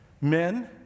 Men